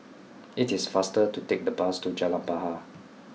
it is faster to take the bus to Jalan Bahar